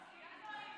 די, מספיק כבר עם זה.